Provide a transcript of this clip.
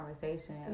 conversation